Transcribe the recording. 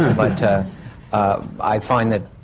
but i find that